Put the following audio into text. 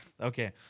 Okay